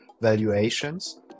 valuations